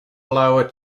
lower